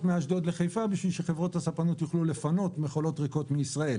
מאשדוד לחיפה בשביל שחברות הספנות יוכלו לפנות מכולות ריקות מישראל.